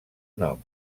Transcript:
nom